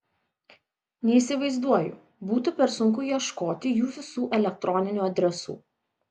neįsivaizduoju būtų per sunku ieškoti jų visų elektroninių adresų